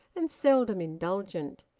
and seldom indulgent.